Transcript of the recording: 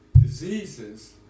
diseases